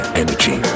energy